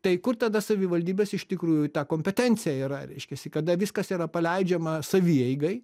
tai kur tada savivaldybės iš tikrųjų ta kompetencija yra reiškiasi kada viskas yra paleidžiama savieigai